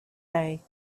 day